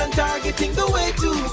and targeting the way to go